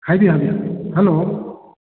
ꯍꯥꯏꯕꯤꯌꯨ ꯍꯥꯏꯕꯤꯌꯨ ꯍꯜꯂꯣ